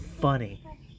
funny